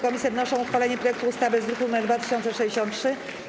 Komisje wnoszą o uchwalenie projektu ustawy z druku nr 2063.